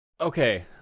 Okay